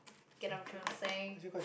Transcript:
get what I'm tryna say